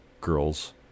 girls